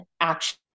action